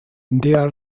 der